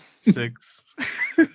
Six